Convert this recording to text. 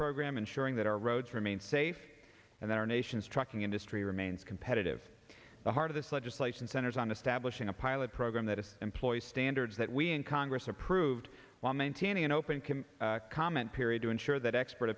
program ensuring that our roads remain safe and that our nation's trucking industry remains competitive the heart of this legislation centers on the stablish in a pilot program that is employ standards that we in congress approved while maintaining an open comment period to ensure that expert